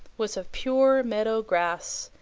was of pure meadow grass,